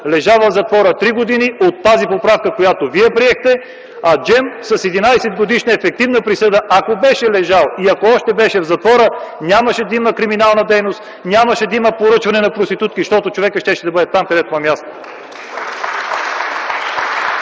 лежа в затвора три години от тази поправка, която вие приехте. А Джем, с 11-годишна ефективна присъда, ако беше лежал и ако още беше в затвора, нямаше да има криминална дейност, нямаше да има поръчване на проститутки, защото човекът щеше да бъде там, където му е мястото.